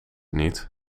niet